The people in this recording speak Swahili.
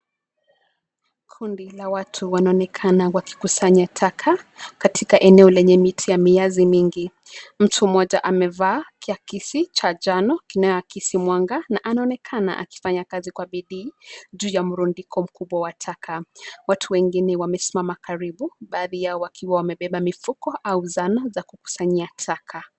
Kundi la watu wanaonekana wakikusanya taka katika eneo lenye miti ya miazi mingi. Mtu mmoja amevaa kiakizi cha njano kinachoakizi mwanga na anaonekana akifanya kazi kwa bidii juu ya mrundiko mkubwa wa taka. Watu wengine wamesimama karibu, baadhi yao wakiwa wamebeba mifuko au zana kukusanya taka.